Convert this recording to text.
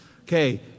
Okay